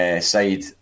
Side